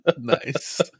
Nice